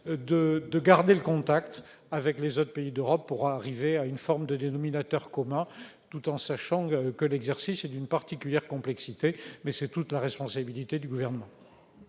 de garder le contact avec les autres pays d'Europe pour parvenir à une forme de dénominateur commun. Certes, l'exercice est d'une particulière complexité, mais c'est toute la responsabilité du Gouvernement.